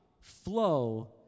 flow